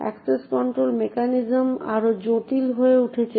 access control mechanism আরও জটিল হয়ে উঠছে